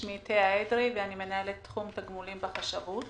שמי תאה אדרי ואני מנהלת תחום תגמולים בחשבות.